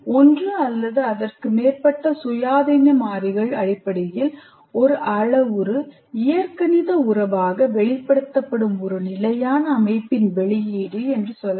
ஒன்று அல்லது அதற்கு மேற்பட்ட சுயாதீன மாறிகள் அடிப்படையில் ஒரு அளவுரு இயற்கணித உறவாக வெளிப்படுத்தப்படும் ஒரு நிலையான அமைப்பின் வெளியீடு என்று சொல்லலாம்